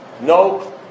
no